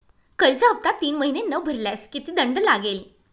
कर्ज हफ्ता तीन महिने न भरल्यास किती दंड लागेल?